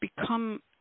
become